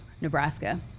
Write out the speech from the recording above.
Nebraska